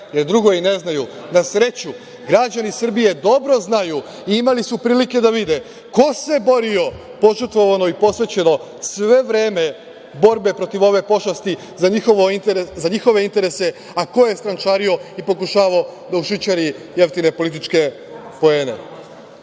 jer drugo i ne znaju. Na sreću građani Srbije dobro znaju i imali su prilike da vide ko se bori, požrtvovano i posvećeno sve vreme borbe protiv ove pošasti za njihove interese, a ko je strančario i pokušavao da ušićari jeftine političke poene.